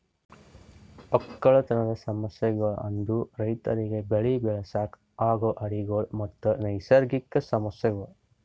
ಒಕ್ಕಲತನದ್ ಸಮಸ್ಯಗೊಳ್ ಅಂದುರ್ ರೈತುರಿಗ್ ಬೆಳಿ ಬೆಳಸಾಗ್ ಆಗೋ ಅಡ್ಡಿ ಗೊಳ್ ಮತ್ತ ನೈಸರ್ಗಿಕ ಸಮಸ್ಯಗೊಳ್